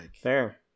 Fair